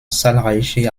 zahlreiche